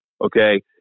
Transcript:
okay